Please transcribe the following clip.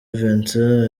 vincent